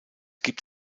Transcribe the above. gibt